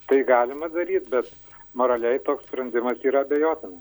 tai galima daryti bet moraliai toks sprendimas yra abejotina